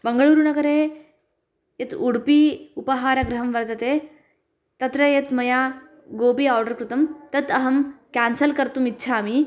मङ्गलूरुनगरे यत् उडुपि उपहारगृहं वर्तते तत्र यत् मया गोबि ओर्डर् कृतं तत् अहं केन्सल् कर्तुमिच्छामि